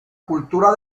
cultura